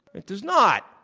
it does not.